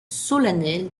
solennel